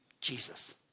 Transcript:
Jesus